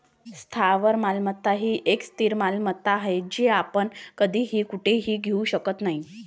स्थावर मालमत्ता ही एक स्थिर मालमत्ता आहे, जी आपण कधीही कुठेही घेऊ शकत नाही